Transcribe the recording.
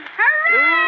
Hooray